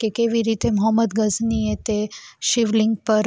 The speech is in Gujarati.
કે કેવી રીતે મોહમ્મદ ગઝની એ તે શિવલિંગ પર